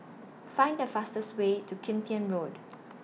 Find The fastest Way to Kim Tian Road